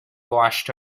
washed